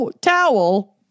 Towel